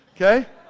Okay